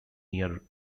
near